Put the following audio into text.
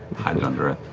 hide under it.